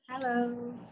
hello